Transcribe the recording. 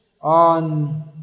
on